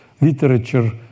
literature